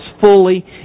fully